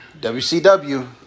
WCW